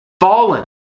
Fallen